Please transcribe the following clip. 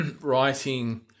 writing